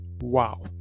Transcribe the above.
Wow